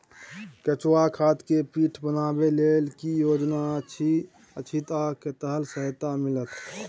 केचुआ खाद के पीट बनाबै लेल की योजना अछि आ कतेक सहायता मिलत?